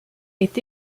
est